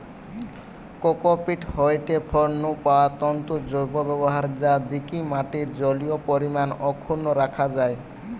cocopeat হয়ঠে ফল নু পাওয়া তন্তুর জৈব ব্যবহার যা দিকি মাটির জলীয় পরিমাণ অক্ষুন্ন রাখা যায়